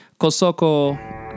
Kosoko